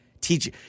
teach